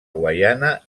guaiana